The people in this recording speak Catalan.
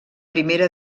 primera